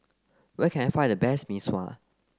where can I find the best Mee Sua